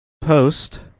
post